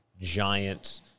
giant